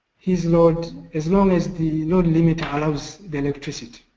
his load as long as the load limiter allows the electricity.